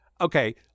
okay